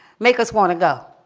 make us want to go!